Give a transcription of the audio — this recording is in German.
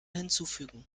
hinzufügen